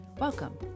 Welcome